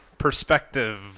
perspective